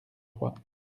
trois